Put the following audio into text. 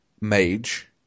mage